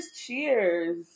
Cheers